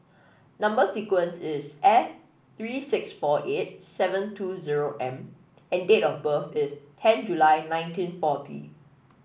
number sequence is S three six four eight seven two zero M and date of birth is ten July nineteen forty